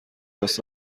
است